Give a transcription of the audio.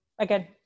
again